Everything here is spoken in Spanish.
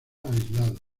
aislado